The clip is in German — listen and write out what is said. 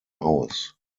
aus